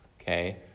okay